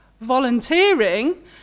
volunteering